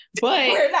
but-